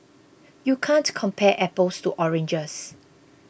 you can't compare apples to oranges